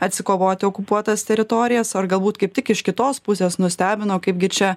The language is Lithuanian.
atsikovoti okupuotas teritorijas ar galbūt kaip tik iš kitos pusės nustebino kaipgi čia